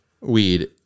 weed